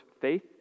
faith